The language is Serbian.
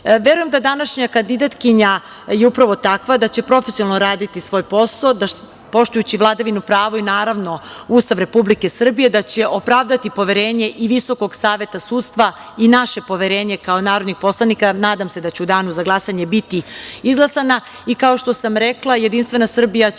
posao. Verujem da današnja kandidatkinja je upravo takva. Da će profesionalno raditi svoj posao, poštujući vladavinu prava, i naravno, Ustav Republike Srbije, da će opravdati poverenje Visokog saveta sudstva i naše poverenje, kao narodnih poslanika. Nadam se da će u danu za glasanje biti izglasana. Kao što sam rekla, JS će